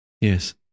Yes